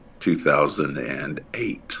2008